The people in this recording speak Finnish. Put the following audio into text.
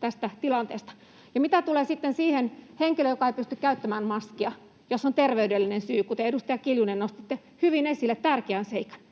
tästä tilanteesta. Ja mitä tulee sitten siihen henkilöön, joka ei pysty käyttämään maskia, jos on terveydellinen syy, kuten, edustaja Kiljunen, nostitte hyvin esille tärkeän seikan.